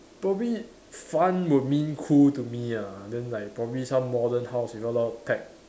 probably fun would mean cool to me ah then like probably some modern house with a lot of